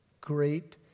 great